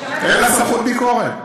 אין לה סמכות ביקורת.